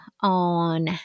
on